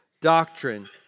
doctrine